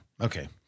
Okay